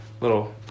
little